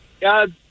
god